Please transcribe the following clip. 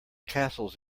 castles